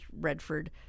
Redford